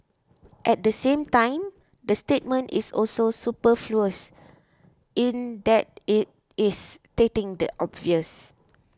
at the same time the statement is also superfluous in that it is stating the obvious